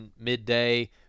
midday